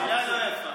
מילה לא יפה.